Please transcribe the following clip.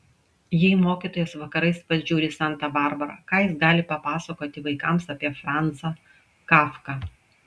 jei mokytojas vakarais pats žiūri santą barbarą ką jis gali papasakoti vaikams apie franzą kafką